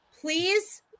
please